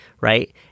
right